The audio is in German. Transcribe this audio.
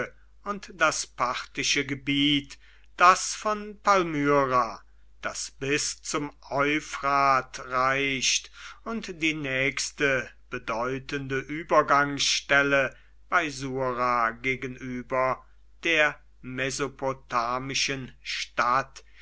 und das parthische gebiet das von palmyra das bis zum euphrat reicht und die nächste bedeutende übergangsstelle bei sura gegenüber der mesopotamischen stadt